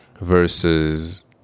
versus